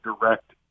direct